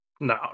no